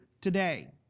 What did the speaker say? today